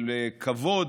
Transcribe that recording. של כבוד,